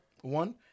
one